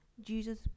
Jesus